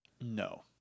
No